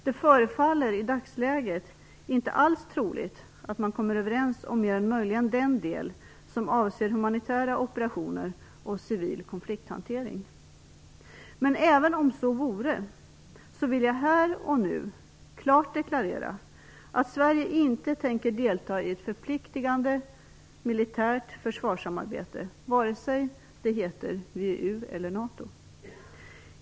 Det förefaller i dagsläget inte alls troligt att man kommer överens om mer än möjligen den del som avser humanitära operationer och civil konflikthantering. Men även om så vore vill jag här och nu klart deklarera att Sverige inte tänker delta i ett förpliktande militärt försvarssamarbete, vare sig det heter VEU eller NATO.